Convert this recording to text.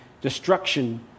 destruction